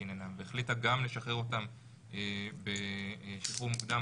עניינם והחליטה גם לשחרר אותם בשחרור מוקדם,